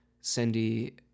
Cindy